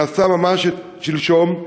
שנעשה ממש שלשום,